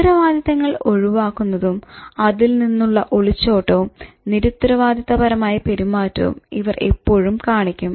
ഉത്തരവാദിത്തങ്ങൾ ഒഴിവാക്കുന്നതും അതിൽ നിന്നുള്ള ഒളിച്ചോട്ടവും നിരുത്തരവാദിത്തപരമായ പെരുമാറ്റവും ഇവർ എപ്പോഴും കാണിക്കും